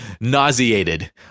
nauseated